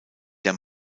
der